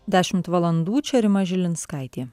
dešimt valandų čia rima žilinskaitė